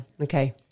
okay